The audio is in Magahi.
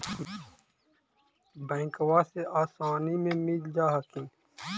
बैंकबा से आसानी मे मिल जा हखिन?